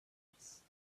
office